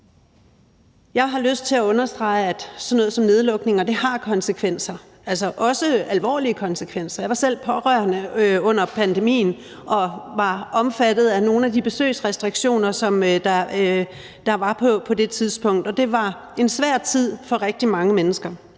Jeg har lyst til at understrege, at sådan noget som nedlukninger har konsekvenser, altså også alvorlige konsekvenser. Jeg var selv pårørende under pandemien og var omfattet af nogle af de besøgsrestriktioner, som der var på det tidspunkt. Det var en svær tid for rigtig mange mennesker,